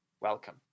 welcome